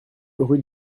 rue